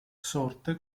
sorte